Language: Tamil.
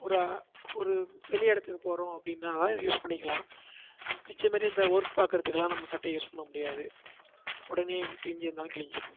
ஒரு ஒரு வெளி இடத்துக்கு போகிறோம் அப்படின்னா இதை யூஸ் பண்ணிக்கிலாம் மிச்சமாரி இந்த ஒர்க் பார்க்கறதுக்குலாம் நம்ப சட்டையை யூஸ் பண்ண முடியாது உடனே வந்து கிழிஞ்சு இருந்தாலும் கிழிஞ்சுரும்